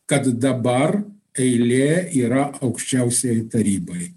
kad dabar eilė yra aukščiausiajai tarybai